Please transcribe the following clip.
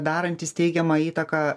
darantys teigiamą įtaką